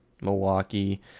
Milwaukee